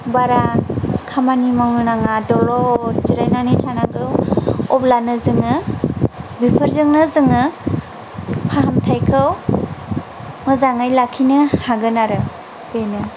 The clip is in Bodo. बारा खामानि मावनो नाङा दलर जिरायनानै थानांगौ अब्लानो जों बेफोरजोंनो जों फाहामथायखौ मोजाङै लाखिनो हागोन आरो बेनो